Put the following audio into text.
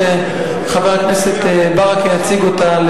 שחבר הכנסת ברכה יציג אותה,